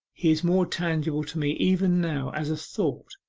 he is more tangible to me even now, as a thought,